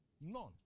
None